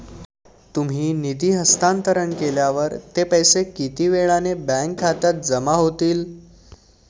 तुम्ही निधी हस्तांतरण केल्यावर ते पैसे किती वेळाने बँक खात्यात जमा होतील?